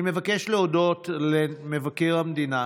אני מבקש להודות למבקר המדינה,